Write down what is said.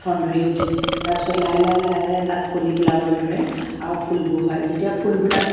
ঠন ধৰি উঠে তাৰপিছত লাহে লাহে লাহে লাহে তাত কলি পেলাবলৈ ধৰে আৰু ফুলবোৰ হয় যেতিয়া ফুলবিলাক